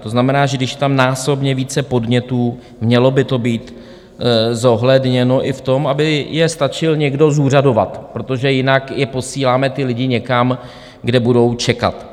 To znamená, že když je tam násobně více podnětů, mělo by to být zohledněno i v tom, aby je stačil někdo zúřadovat, protože jinak posíláme ty lidi někam, kde budou čekat.